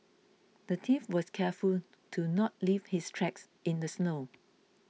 the thief was careful to not leave his tracks in the snow